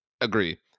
agree